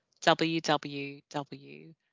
www